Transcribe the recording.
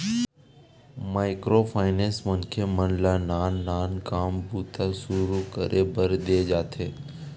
micro finance मनखे मन ल नान नान काम बूता सुरू करे बर देय जाथे